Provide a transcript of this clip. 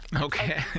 okay